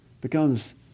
becomes